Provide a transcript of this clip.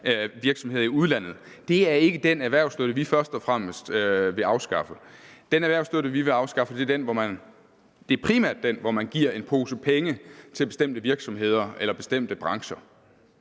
virksomheder i udlandet. Det er ikke den erhvervsstøtte, vi først og fremmest vil afskaffe. Den erhvervsstøtte, vi vil afskaffe, er primært den, hvor man giver en pose penge til bestemte virksomheder eller bestemte brancher.